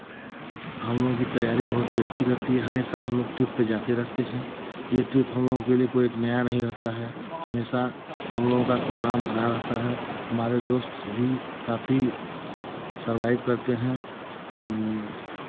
हमलोग की तैयारी अच्छी रहती है हमेशा हमलोग ट्रिप पे जाते रहते हैं ये ट्रिप हमलोग के लिए नया नहीं रहता है हमेशा हमलोगों का प्रोग्राम बना रहता है हमारे दोस्त भी काफी सर्वाइव करते हैं